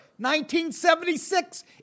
1976